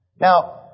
Now